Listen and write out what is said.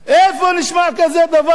איפה נשמע כזה דבר?